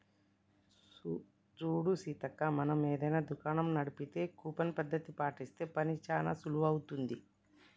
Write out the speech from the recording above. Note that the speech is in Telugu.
చూడు సీతక్క మనం ఏదైనా దుకాణం నడిపితే కూపన్ పద్ధతి పాటిస్తే పని చానా సులువవుతుంది